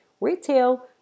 retail